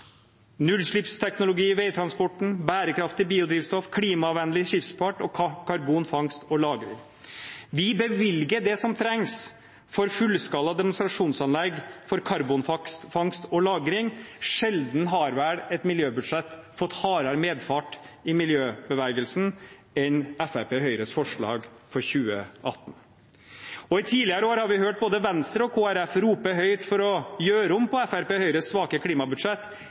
veitransporten, bærekraftig biodrivstoff, klimavennlig skipsfart og karbonfangst og -lagring. Vi bevilger det som trengs for fullskala demonstrasjonsanlegg for karbonfangst og -lagring. Sjelden har vel et miljøbudsjett fått hardere medfart i miljøbevegelsen enn Fremskrittspartiet og Høyres forslag for 2018. I tidligere år har vi hørt både Venstre og Kristelig Folkeparti rope høyt for å gjøre om på Fremskrittspartiet og Høyres svake klimabudsjett.